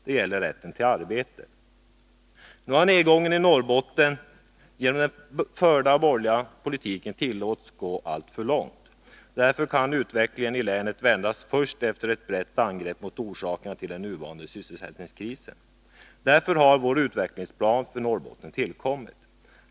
Det gäller rätten till arbete. Nedgången i Norrbotten har genom den förda borgerliga politiken tillåtits gå alltför långt. Utvecklingen i länet kan vändas först efter ett brett angrepp mot orsakerna till den nuvarande sysselsättningskrisen. Därför har vår utvecklingsplan för Norrbotten tillkommit.